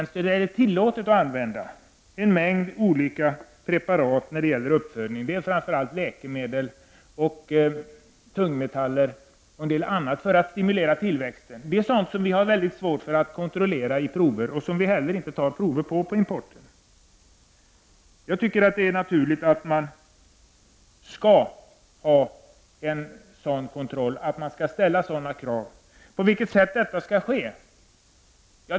I EG-länderna är det tillåtet att använda en mängd olika preparat vid uppfödning av djur. Framför allt är det läkemedel och tungmetaller samt en del andra medel för att stimulera tillväxten. Det är medel som vi har svårt att upptäcka vid provtagning, om vi nu alls tar några prover. Jag tycker det är naturligt att ställa krav på att få veta vad dessa importerade produkter innehåller.